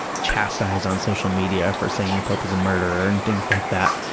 chastised on social media for saying the pope is a murderer and things like that,